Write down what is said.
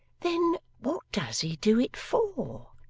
then what does he do it for,